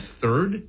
third